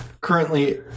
Currently